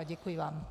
Děkuji vám.